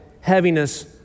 heaviness